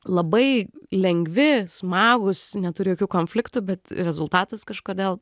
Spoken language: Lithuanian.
labai lengvi smagūs neturi jokių konfliktų bet rezultatas kažkodėl